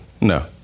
no